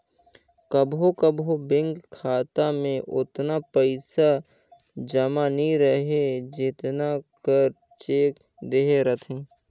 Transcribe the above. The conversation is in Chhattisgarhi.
कभों कभों बेंक खाता में ओतना पइसा जमा नी रहें जेतना कर चेक देहे रहथे